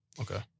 Okay